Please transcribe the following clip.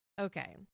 Okay